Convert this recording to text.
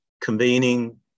convening